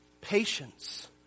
Patience